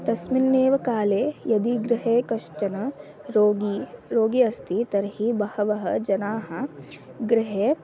तस्मिन्नेव काले यदि गृहे कश्चन रोगी रोगी अस्ति तर्हि बहवः जनाः गृहे